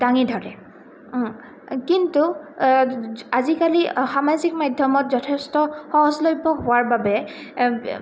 দাঙি ধৰে কিন্তু আজিকালি সামাজিক মাধ্যমত যথেষ্ট সহজলভ্য হোৱাৰ বাবে